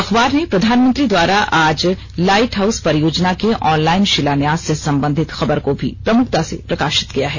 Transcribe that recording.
अखबार ने प्रधानमंत्री द्वारा आज लाईट हाउस परियोजना के ऑनलाइन शिलान्यास से संबंधित खबर को भी प्रमुखता से प्रकाशित किया है